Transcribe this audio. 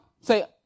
Say